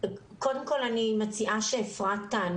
קודם כל אני מציעה שאפרת תענה.